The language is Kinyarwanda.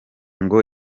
ngo